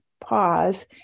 pause